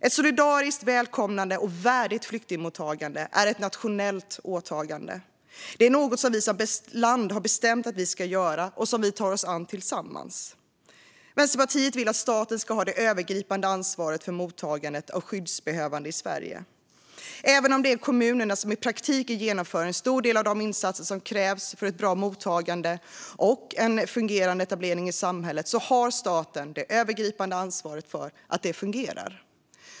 Ett solidariskt, välkomnande och värdigt flyktingmottagande är ett nationellt åtagande. Det är något vi som land har bestämt att vi ska göra och som vi tar oss an tillsammans. Vänsterpartiet vill att staten ska ha det övergripande ansvaret för mottagandet av skyddsbehövande i Sverige. Även om det är kommunerna som i praktiken genomför en stor del av de insatser som krävs för ett bra mottagande och en fungerande etablering i samhället har staten det övergripande ansvaret för att det fungerar.